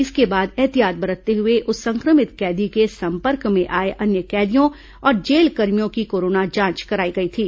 इसके बाद एहतियात बरतते हुए उस संक्रमित कैदी के संपर्क में आए अन्य कैदियों और जेलकर्मियों की कोरोना जांच कराई गई थी